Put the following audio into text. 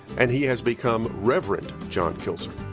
and he has become reverend john kilzer.